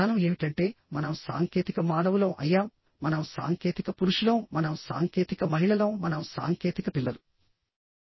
సమాధానం ఏమిటంటే మనం సాంకేతిక మానవులం అయ్యాం మనం సాంకేతిక పురుషులం మనం సాంకేతిక మహిళలం మనం సాంకేతిక పిల్లలు